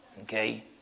Okay